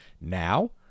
Now